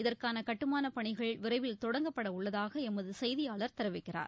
இதற்கான கட்டுமானப் பணிகள் விரைவில் தொடங்கப்படவுள்ளதாக எமது செய்தியாளர் தெரிவிக்கிறார்